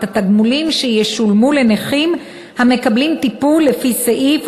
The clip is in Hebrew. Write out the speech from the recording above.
התגמולים שישולמו לנכים המקבלים טיפול לפי הסעיף,